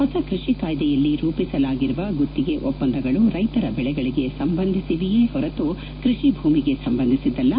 ಹೊಸ ಕೃಷಿ ಕಾಯ್ದೆಯಲ್ಲಿ ರೂಪಿಸಲಾಗಿರುವ ಗುತ್ತಿಗೆ ಒಪ್ಪಂದಗಳು ರೈತರ ಬೆಳೆಗಳಿಗೆ ಸಂಬಂಧಿಸಿವೆ ಹೊರತು ಕೃಷಿ ಭೂಮಿಗೆ ಸಂಬಂಧಿಸಿದಲ್ಲ